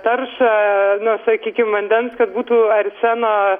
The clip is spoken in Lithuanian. taršą nu sakykim vandens kad būtų arseno